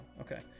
okay